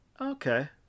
okay